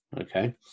okay